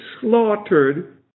slaughtered